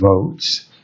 votes